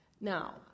Now